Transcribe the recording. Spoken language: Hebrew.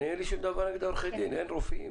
אין לי שום דבר נגד עורכי דין, אין רופאים?